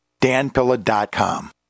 danpilla.com